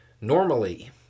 Normally